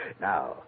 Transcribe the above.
Now